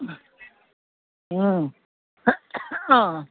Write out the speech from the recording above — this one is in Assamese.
অঁ